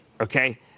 okay